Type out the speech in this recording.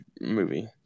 movie